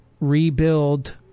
Rebuild